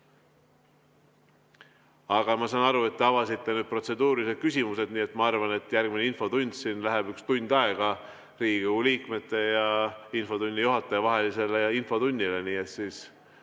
Aga ma saan aru, et te avasite nüüd protseduurilised küsimused, nii et ma arvan, et järgmisena siin läheb üks tund aega Riigikogu liikmete ja infotunni juhataja vahelisele infotunnile. Siis saame